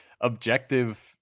objective